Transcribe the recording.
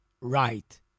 right